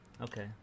Okay